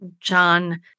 John